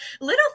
little